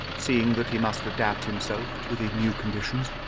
seeing that he must adapt himself to the new conditions,